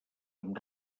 amb